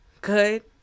good